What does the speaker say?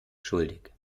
schuldig